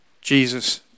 Jesus